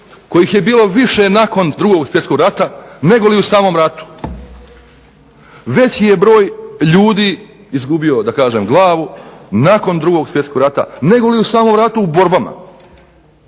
kojih je bilo više nakon Drugog svjetskog rata, negoli u samom ratu. Veći je broj ljudi izgubio, da kažem glavu, nakon Drugog svjetskog rata, negoli u samom ratu u borbama,